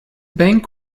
bank